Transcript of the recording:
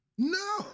No